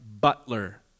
butler